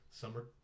summer